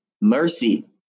Mercy